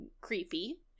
creepy